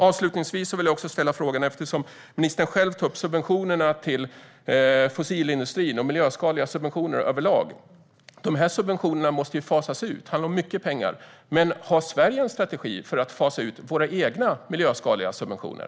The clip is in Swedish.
Avslutningsvis vill jag ställa en fråga eftersom ministern själv tar upp subventionerna till fossilindustrin och miljöskadliga subventioner överlag. De här subventionerna måste ju fasas ut. Det handlar om mycket pengar. Har Sverige en strategi för att fasa ut sina egna miljöskadliga subventioner?